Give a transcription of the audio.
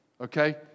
Okay